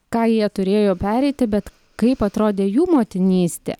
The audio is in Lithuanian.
ką jie turėjo pereiti bet kaip atrodė jų motinystė